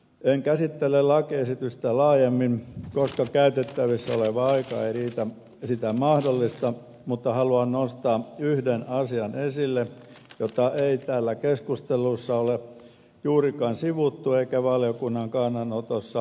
en käsittele lakiesitystä laajemmin koska käytettävissä oleva aika ei sitä mahdollista mutta haluan nostaa yhden asian esille jota ei täällä keskustelussa ole juurikaan sivuttu eikä valiokunnan kannanotossa mainittu